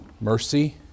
mercy